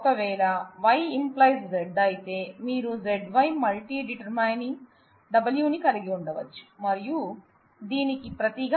ఒకవేళ Y →→ Z అయితే మీరు ZY మల్టీ డిటర్మినింగ్ W ని కలిగి ఉండవచ్చు మరియు దీనికి ప్రతిగా